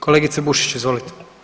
Kolegice Bušić, izvolite.